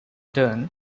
turn